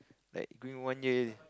like going one year already